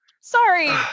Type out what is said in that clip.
Sorry